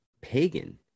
pagan